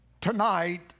tonight